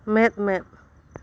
ᱢᱮᱫ ᱢᱮᱫ